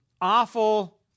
awful